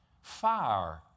fire